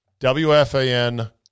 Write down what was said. WFAN